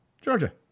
Georgia